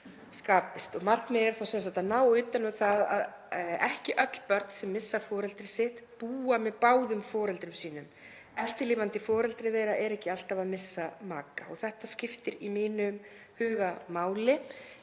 Markmiðið er sem sagt að ná utan um það að ekki öll börn sem missa foreldri sitt búa með báðum foreldrum sínum, eftirlifandi foreldri þeirra er ekki alltaf að missa maka. Það skiptir í mínum huga máli